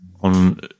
on